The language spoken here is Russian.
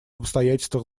обстоятельствах